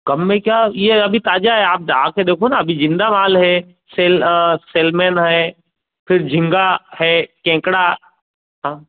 कम में क्या ये अभी ताज़ा है आ कर देखो न अभी ज़िन्दा माल है सेल सेलमेन है झींगा है केकड़ा है